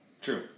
True